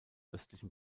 östlichen